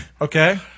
Okay